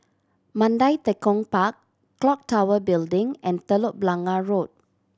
Mandai Tekong Park Clock Tower Building and Telok Blangah Road